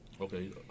Okay